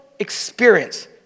experience